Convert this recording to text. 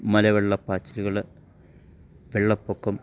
മലവെള്ളപ്പാച്ചിലുകള് വെള്ളപ്പൊക്കം